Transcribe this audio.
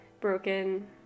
broken